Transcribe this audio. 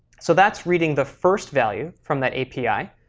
so that's reading the first value from that api.